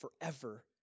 forever